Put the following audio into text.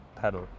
pedal